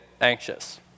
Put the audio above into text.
anxious